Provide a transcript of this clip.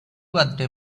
birthday